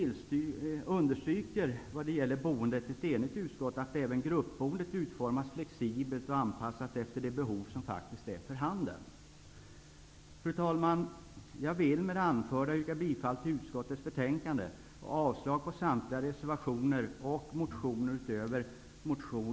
När det gäller boendet understryker ett enigt utskott att även gruppboendet bör utformas flexibelt och anpassas efter de behov som faktiskt är för handen. Fru talman! Jag vill med det anförda yrka bifall till hemställan i utskottets betänkande och avslag på samtliga reservationer och motioner utöver motion